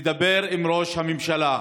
תדבר עם ראש הממשלה,